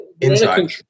inside